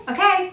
Okay